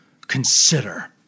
consider